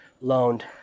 loaned